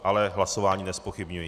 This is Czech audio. Ale hlasování nezpochybňuji.